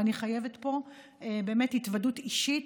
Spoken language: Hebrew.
ואני חייבת פה התוודות אישית,